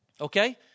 Okay